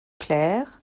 clerc